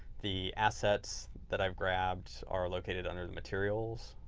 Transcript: the assets that i've grabbed are located under the materials.